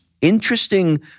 interesting